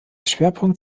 schwerpunkt